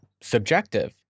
subjective